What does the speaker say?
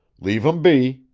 leave em be!